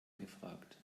gefragt